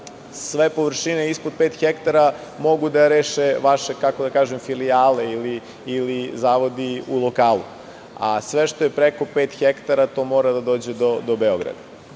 sve površine ispod pet hektara mogu da reše vaše filijale ili zavodi u lokalu, a sve što je preko pet hektara, mora da dođe do Beograda. Ono